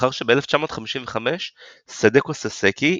לאחר שב-1955 סדקו ססקי,